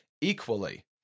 equally